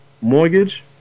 mortgage